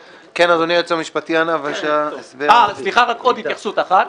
סליחה, רק עוד התייחסות אחת.